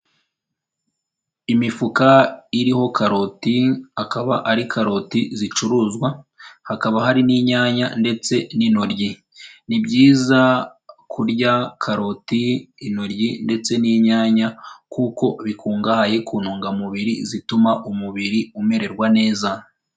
Imifuka iriho karoti, akaba ari karoti zicuruzwa, hakaba hari n'inyanya ndetse n'intoryi, ni byiza kurya karoti, intoryi ndetse n'inyanya kuko bikungahaye ku ntungamubiri, zituma umubiri umererwa neza.